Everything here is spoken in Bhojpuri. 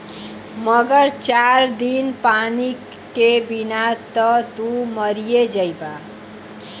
मगर चार दिन पानी के बिना त तू मरिए जइबा